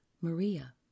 Maria